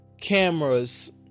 Cameras